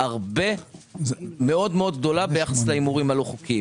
מאוד מאוד גדולה ביחס להימורים הלא חוקיים.